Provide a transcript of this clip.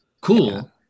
cool